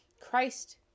Christ